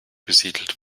besiedelt